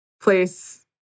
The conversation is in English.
place